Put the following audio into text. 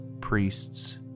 priests